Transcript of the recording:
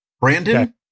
Brandon